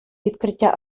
відкриття